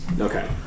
Okay